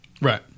Right